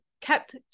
kept